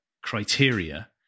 criteria